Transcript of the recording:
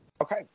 Okay